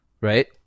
right